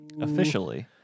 officially